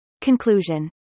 Conclusion